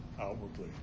outwardly